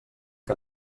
que